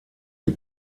die